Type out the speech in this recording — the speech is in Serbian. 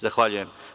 Zahvaljujem.